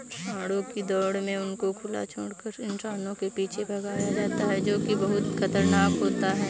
सांडों की दौड़ में उनको खुला छोड़कर इंसानों के पीछे भगाया जाता है जो की बहुत खतरनाक होता है